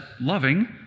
loving